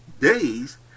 days